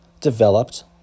developed